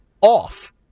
off